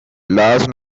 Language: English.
large